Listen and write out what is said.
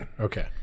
okay